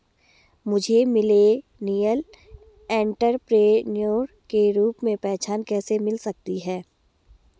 मुझे millennial entrepreneur के रूप में पहचान कैसे मिल सकती है?